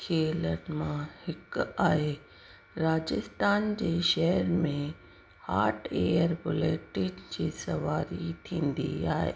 खेलनि मां हिकु आहे राजस्थान जे शहर में हॉटएयर बुलेटिन जी सवारी थींदी आहे